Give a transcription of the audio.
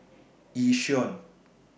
Yishion